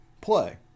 play